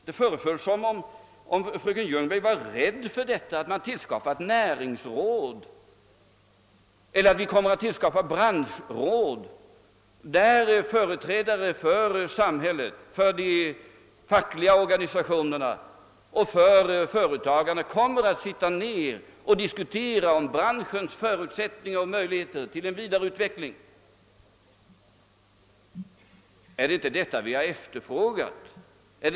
Det föreföll som om fröken Ljungberg skulle vara rädd för detta näringsråd eller för branschråd, där företrädare för samhället, för de fackliga organisationerna och för företagen kommer att sätta sig ned och diskutera branschens förutsättningar och möjligheter till en vidareutveckling. Är det inte just detta som har efterfrågats?